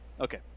okay